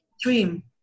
dream